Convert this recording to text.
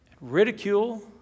ridicule